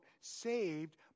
saved